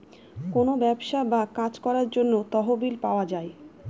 কোনো ব্যবসা বা কাজ করার জন্য তহবিল পাওয়া যায়